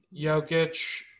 Jokic